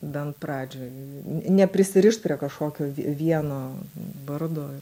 bent pradžioj neprisirišt prie kažkokio vie vieno vardo